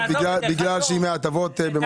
בגלל שהיא מקבלת הטבות במקום אחר.